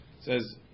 says